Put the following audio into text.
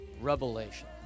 revelation